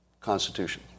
Constitution